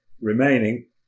remaining